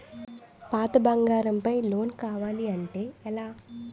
పాత బంగారం పై లోన్ కావాలి అంటే ఎలా?